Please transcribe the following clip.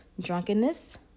drunkenness